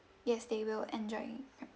yes they will enjoy